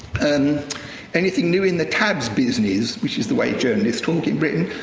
and anything new in the tabs business? which is the way journalists talk in britain.